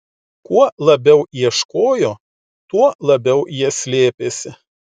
kuo labiau ieškojo tuo labiau jie slėpėsi